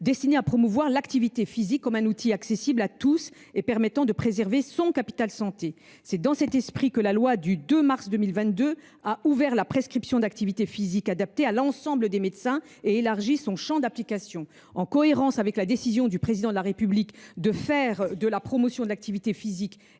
destinée à promouvoir l’activité physique comme un outil accessible à tous et permettant de préserver le capital santé de chacun. C’est dans cet esprit que la loi du 2 mars 2022 visant à démocratiser le sport en France a ouvert la prescription d’activité physique adaptée à l’ensemble des médecins et élargi son champ d’application. En cohérence avec la décision du Président de la République de faire de la promotion de l’activité physique